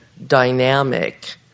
Dynamic